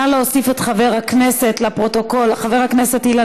נא להוסיף לפרוטוקול: חבר הכנסת אילן